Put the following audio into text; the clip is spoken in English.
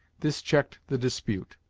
this checked the dispute,